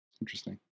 interesting